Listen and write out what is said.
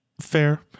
fair